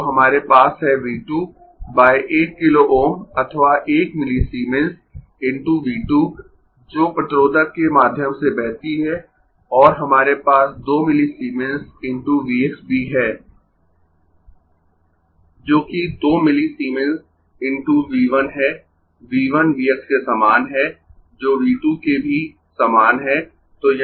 तो हमारे पास है V 2 बाय 1 किलो Ω अथवा 1 मिलीसीमेंस × V 2 जो प्रतिरोधक के माध्यम से बहती है और हमारे पास 2 मिलीसीमेंस × V x भी है जो कि 2 मिलीसीमेंस × V 1 है V 1 V x के समान है जो V 2 के भी समान है